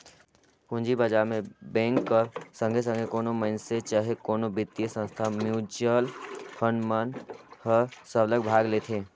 पूंजी बजार में बेंक कर संघे संघे कोनो मइनसे चहे कोनो बित्तीय संस्था, म्युचुअल फंड मन हर सरलग भाग लेथे